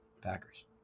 Packers